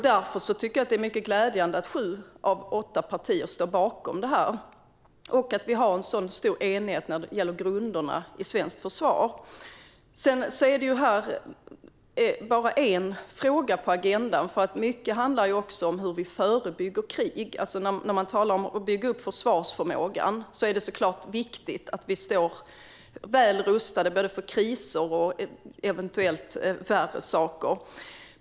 Därför tycker jag att det är mycket glädjande att sju av åtta partier står bakom det här och att vi har en så stor enighet när det gäller grunderna i svenskt försvar. Sedan är det här bara en fråga på agendan. Mycket handlar ju också om hur vi förebygger krig. Man talar om att bygga upp försvarsförmågan, och det är såklart viktigt att vi står väl rustade både för kriser och för eventuella värre saker.